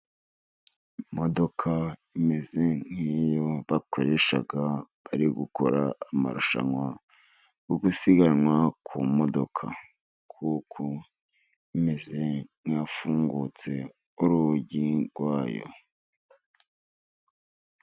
Imodoka imeze nk'iyo bakoresha bari gukora amarushanwa yo gusiganwa ku modoka, kuko imeze nk'iyafungutse urugi rwayo.